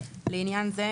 לעניין זה,